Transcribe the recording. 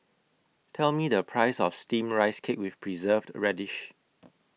Tell Me The Price of Steamed Rice Cake with Preserved Radish